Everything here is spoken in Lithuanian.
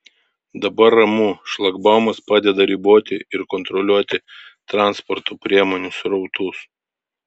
dabar ramu šlagbaumas padeda riboti ir kontroliuoti transporto priemonių srautus